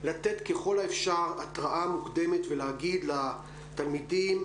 לתת ככל האפשר התרעה מוקדמת ולהגיד לתלמידים